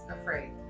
afraid